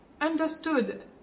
understood